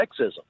sexism